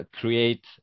create